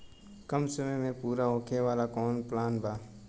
कम समय में पूरा होखे वाला कवन प्लान बा?